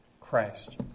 Christ